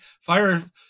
Fire